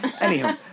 Anyhow